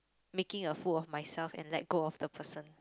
making a fool of myself and let go of the person